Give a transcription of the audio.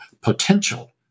potential